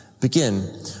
begin